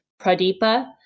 pradipa